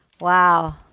Wow